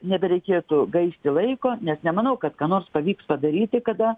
nebereikėtų gaišti laiko nes nemanau kad ką nors pavyks padaryti kada